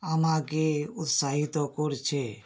আমাকে উৎসাহিত করছে